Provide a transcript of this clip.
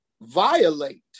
violate